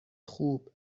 خوب